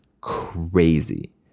crazy